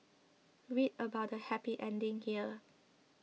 read about the happy ending here